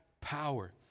power